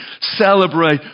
celebrate